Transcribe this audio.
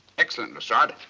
excellent, lestrade.